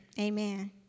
Amen